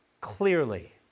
clearly